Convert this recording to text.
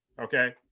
okay